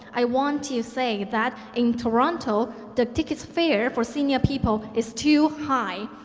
i want to say that in toronto the tickets fair for senior people is too high